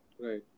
Right